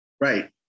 Right